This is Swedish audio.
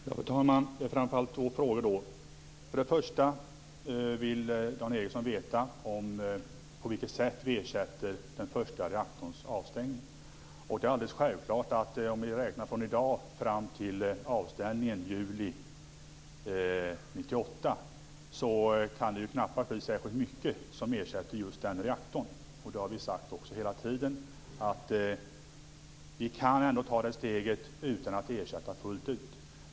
Fru talman! Det gäller framför allt två frågor. För det första vill Dan Ericsson veta på vilket sätt vi ersätter den första reaktorns avstängning. Det är självklart, om vi räknar från i dag fram till avställningen i juli 1998, att det knappast kan bli särskilt mycket som ersätter just den reaktorn. Vi har också hela tiden sagt att vi kan ta det steget utan att ersätta fullt ut.